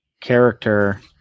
character